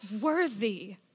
worthy